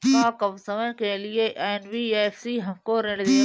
का कम समय के लिए एन.बी.एफ.सी हमको ऋण देगा?